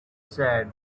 said